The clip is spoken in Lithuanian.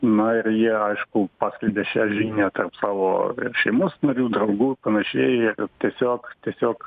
na ir jie aišku paskelbė šią žinią tarp savo šeimos narių draugų ir panašiai tiesiog tiesiog